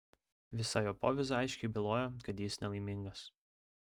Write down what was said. visa jo povyza aiškiai bylojo kad jis nelaimingas